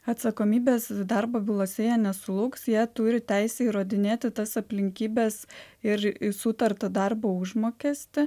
atsakomybės darbo bylose jie nesulauks jie turi teisę įrodinėti tas aplinkybes ir sutartą darbo užmokestį